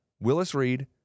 Willis-Reed